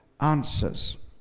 answers